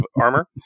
armor